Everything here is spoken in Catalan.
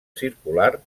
circular